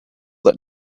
that